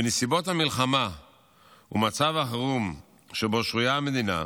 בנסיבות המלחמה ומצב החירום שבו שרויה המדינה,